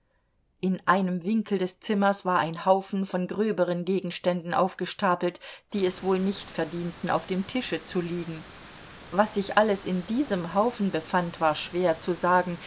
in einem winkel des zimmers war ein haufen von gröberen gegenständen aufgestapelt die es wohl nicht verdienten auf dem tische zu liegen was sich alles in diesem haufen befand war schwer zu sagen